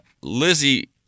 Lizzie